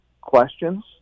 questions